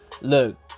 Look